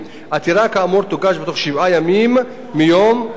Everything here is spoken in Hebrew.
עתירה כאמור תוגש בתוך שבעה ימים מיום מתן